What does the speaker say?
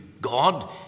God